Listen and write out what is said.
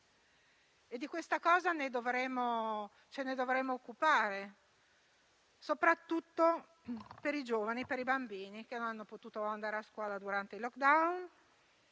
Di questa cosa ci dovremo occupare, soprattutto per i giovani e per i bambini che non sono potuti andare a scuola durante il *lockdown*,